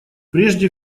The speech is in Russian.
прежде